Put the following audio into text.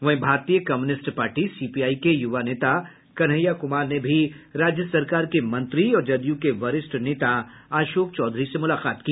वहीं भारतीय Communist Party CPI के युवा नेता कन्हैया कुमार ने भी राज्य सरकार के मंत्री और जदयू के वरिष्ठ नेता अशोक चौधरी से मुलाकात की